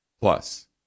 Plus